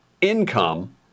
income